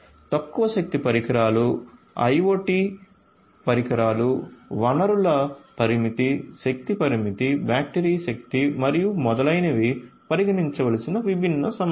తక్కువ శక్తి పరికరాలు IoT పరికరాలు వనరుల పరిమితి శక్తి పరిమితి బ్యాటరీ శక్తి మరియు మొదలైనవి పరిగణించవలసిన విభిన్న సమస్యలు